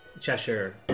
Cheshire